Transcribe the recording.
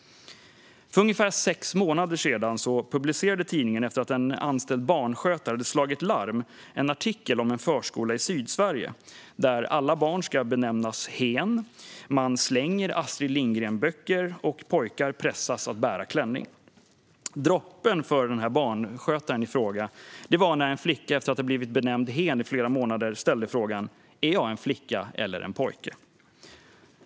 För omkring sex månader sedan publicerade tidningen en artikel efter att en anställd barnskötare hade slagit larm. Den handlade om en förskola i Sydsverige där alla barn ska benämnas "hen". Vidare slänger man Astrid Lindgren-böcker, och pojkar pressas att bära klänning. Droppen för barnskötaren i fråga var när en flicka, efter att ha benämnts "hen" i flera månader, ställde frågan: Är jag en flicka eller en pojke?